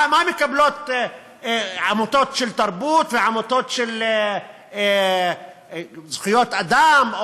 מה מקבלות עמותות של תרבות ועמותות של זכויות אדם,